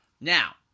Now